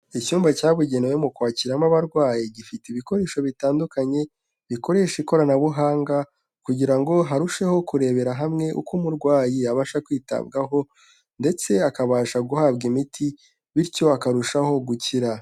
Icyumba cyabugenewe mu kwakiramo abarwayi, gifite ibikoresho bitandukanye bikoresha ikoranabuhanga kugira ngo harusheho kurebera hamwe uko umurwayi abasha kwitabwaho ndetse akabasha guhabwa imiti bityo akarushaho gukira.